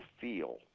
feel